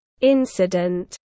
incident